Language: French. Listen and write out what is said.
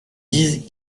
dise